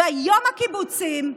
והיום הקיבוצים,